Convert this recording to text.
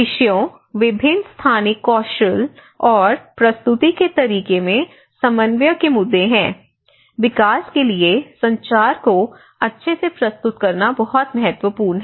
विषयों विभिन्न स्थानिक कौशल और प्रस्तुति के तरीके में समन्वय के मुद्दे हैं विकास के लिए संचार को अच्छे से प्रस्तुत करना बहुत महत्वपूर्ण है